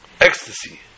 ecstasy